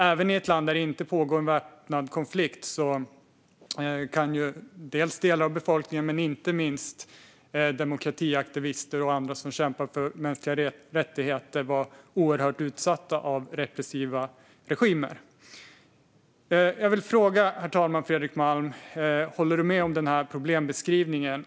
Även i ett land där det inte pågår en väpnad konflikt kan delar av befolkningen och inte minst demokratiaktivister och andra som kämpar för mänskliga rättigheter vara oerhört utsatta för tryck från repressiva regimer. Herr talman! Jag vill fråga Fredrik Malm om han håller med om den här problembeskrivningen.